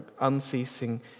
unceasing